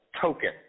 token